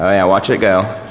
ah yeah watch it go.